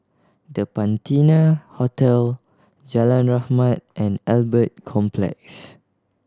The Patina Hotel Jalan Rahmat and Albert Complex